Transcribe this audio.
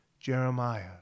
Jeremiah